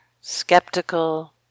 skeptical